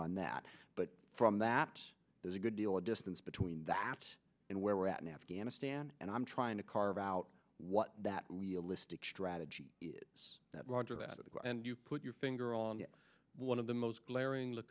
on that but from that there's a good deal of distance between that and where we're at in afghanistan and i'm trying to carve out what that relisted strategy is that roger that and you put your finger on one of the most glaring look